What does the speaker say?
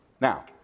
Now